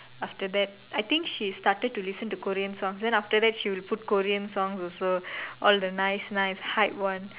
after that I think she's started to listen to Korean songs then after that she will put Korean songs also all the nice nice hype one